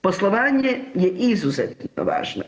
Poslovanje je izuzetno važno.